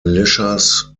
militias